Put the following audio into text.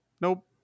nope